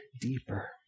deeper